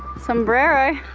sombrero.